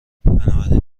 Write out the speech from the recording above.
بنابراین